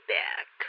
back